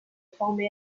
formé